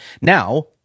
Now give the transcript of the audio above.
Now